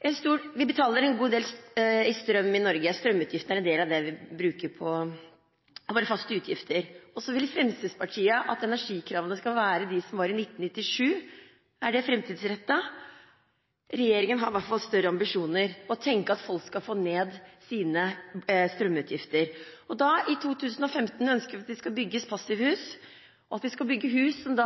en stor del av våre faste utgifter i Norge. Så vil Fremskrittspartiet at energikravene skal være de samme som i 1997. Er det fremtidsrettet? Regjeringen har i hvert fall større ambisjoner og tenker at folk skal få ned sine strømutgifter. I 2015 ønsker vi at det skal bygges passivhus. Vi skal bygge hus som